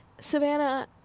Savannah